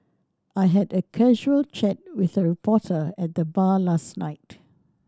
I had a casual chat with a reporter at the bar last night